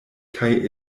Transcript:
kaj